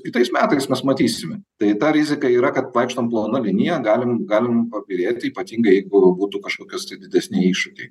kitais metais mes matysim tai ta rizika yra kad vaikštom plona linija galim galim pabyrėt ypatingai jeigu būtų kažkokios tai didesni iššūkiai